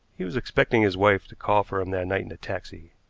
he was expecting his wife to call for him that night in a taxi.